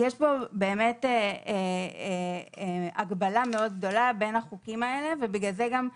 יש פה הקבלה מאוד גדולה בין החוקים האלה והמעשים